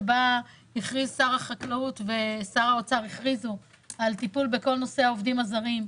שבה שר החקלאות ושר האוצר הכריזו על טיפול בכל נושא העובדים הזרים,